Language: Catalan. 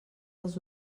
els